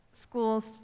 schools